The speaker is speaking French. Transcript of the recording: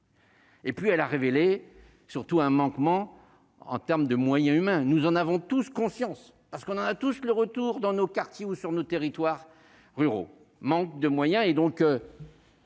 Et puis elle a révélé surtout un manquement en termes de moyens humains, nous en avons tous conscience parce qu'on a tous le retour dans nos quartiers, ou sur nos territoires ruraux, manque de moyens et donc.